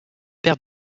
père